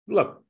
Look